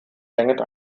hängend